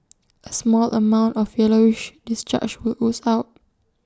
A small amount of yellowish discharge would ooze out